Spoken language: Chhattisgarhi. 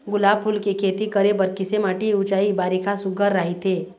गुलाब फूल के खेती करे बर किसे माटी ऊंचाई बारिखा सुघ्घर राइथे?